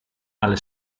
alle